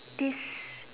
this